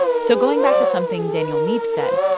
so going back to something daniel neep said,